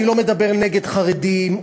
אני לא מדבר נגד חרדים,